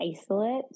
isolate